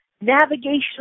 navigational